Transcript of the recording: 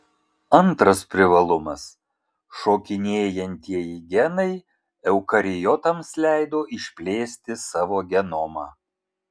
antras privalumas šokinėjantieji genai eukariotams leido išplėsti savo genomą